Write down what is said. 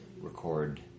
record